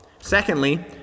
Secondly